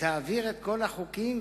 תעביר את כל החוקים.